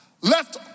left